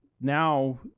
now